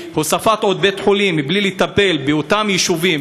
הוספת עוד בית-חולים בלי לטפל באותם יישובים,